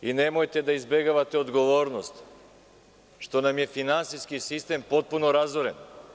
Nemojte da izbegavate odgovornost što nam je finansijski sistem potpuno razoren.